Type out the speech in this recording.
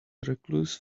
recluse